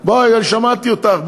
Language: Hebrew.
שמעתי אותך,